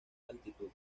altitud